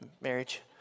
marriage